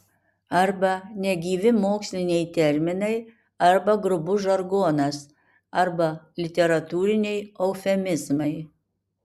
arba negyvi moksliniai terminai arba grubus žargonas arba literatūriniai eufemizmai